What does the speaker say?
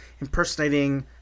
impersonating